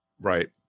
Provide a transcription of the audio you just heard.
Right